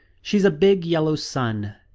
she's a big yellow sun.